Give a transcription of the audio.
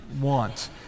want